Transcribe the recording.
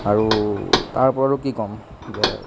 আৰু তাৰ ওপৰত আৰু কি ক'ম